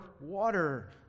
water